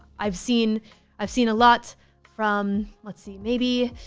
i've seen i've seen a lot from. let's see. maybe,